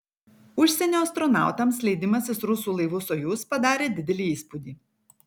užsienio astronautams leidimasis rusų laivu sojuz padarė didelį įspūdį